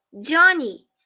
johnny